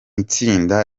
itsinda